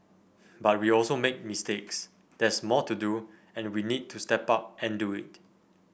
but we also made mistakes there's more to do and we need to step up and do it